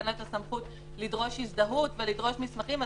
אין סמכות לדרוש הזדהות ולדרוש מסמכים.